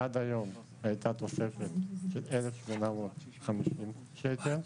עד היום היתה תוספת של 1,850 שקל,